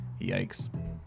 Yikes